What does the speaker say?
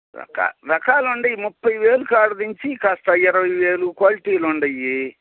రకా రకాలు ఉన్నాయి ముప్పై వేల కాడ నుంచి కాస్త ఇరవై వేలు క్వాలిటీలు ఉన్నాయి